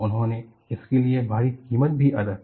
उन्होंने इसके लिए भारी कीमत भी अदा की